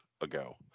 ago